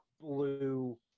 blue